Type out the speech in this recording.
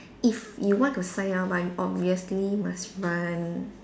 if you want to sign up but you obviously must run